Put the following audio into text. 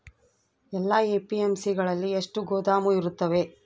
ಎಲ್ಲಾ ಎ.ಪಿ.ಎಮ್.ಸಿ ಗಳಲ್ಲಿ ಎಷ್ಟು ಗೋದಾಮು ಇರುತ್ತವೆ?